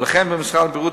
ולכן במשרד הבריאות,